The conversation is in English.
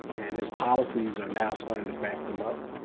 and his policies are now starting to back them up.